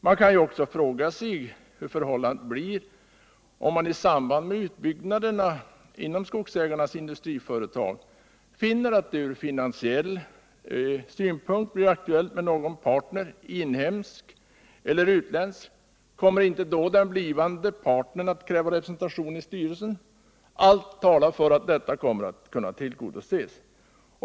Man kan också fråga sig hur förhållandet blir, om man i samband med utbyggnaderna inom skogsägarnas industriföretag finner att det från finansiell synpunkt blir aktuellt med någon partner, inhemsk eller utländsk. Kommer inte då den blivande partnern att kräva representation i styrelsen? Allt talar för att detta krav kommer att tillgodoses.